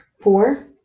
four